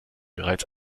bereits